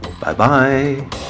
Bye-bye